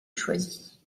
choisie